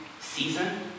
season